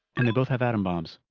and they both have atom bombs.